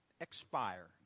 expire